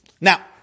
Now